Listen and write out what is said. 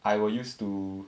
I will use to